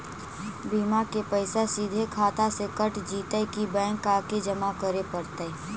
बिमा के पैसा सिधे खाता से कट जितै कि बैंक आके जमा करे पड़तै?